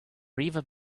river